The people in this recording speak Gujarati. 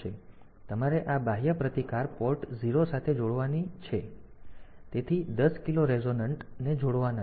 તેથી તમારે આ બાહ્ય પ્રતિકારને પોર્ટ 0 સાથે જોડવાની જરૂર છે તેથી 10 કિલો રેઝિસ્ટન્સ ને જોડવાના છે